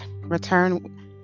Return